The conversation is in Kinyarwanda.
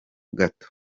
gato